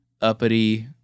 uppity